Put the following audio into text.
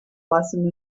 lesson